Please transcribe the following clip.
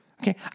Okay